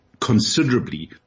considerably